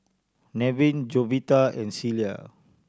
Nevin Jovita and Celia